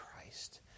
Christ